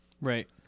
Right